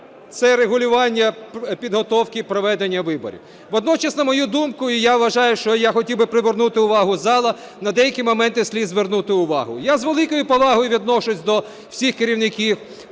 це регулювання підготовки і проведення виборів. Водночас, на мою думку, і я хотів би привернути увагу залу, на деякі моменти слід звернути увагу. Я з великою повагою відношусь до всіх керівників